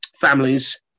families